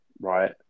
right